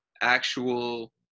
actual